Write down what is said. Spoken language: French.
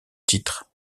titre